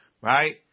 right